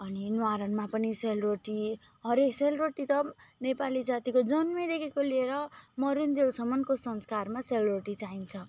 अनि न्वारानमा पनि सेलरोटी अरे सेलरोटी त नेपाली जातिको जन्मेदेखिको लिएर मरुन्जेलसम्मको संस्कारमा सेलरोटी चाहिन्छ